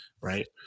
right